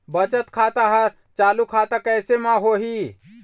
बचत खाता हर चालू खाता कैसे म होही?